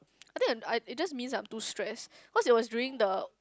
I think I'm I it just means I'm too stress cause it was during the